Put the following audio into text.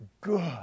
good